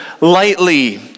lightly